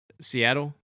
Seattle